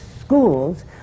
schools